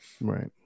Right